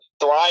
thrive